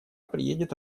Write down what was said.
приедет